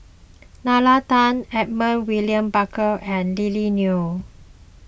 Nalla Tan Edmund William Barker and Lily Neo